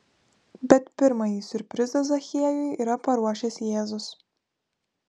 bet pirmąjį siurprizą zachiejui yra paruošęs jėzus